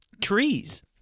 trees